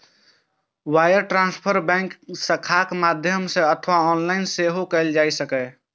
wire transfer bank शाखाक माध्यम सं अथवा ऑनलाइन सेहो कैल जा सकैए